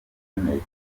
interineti